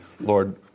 Lord